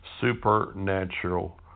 supernatural